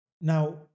Now